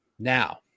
Now